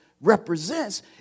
represents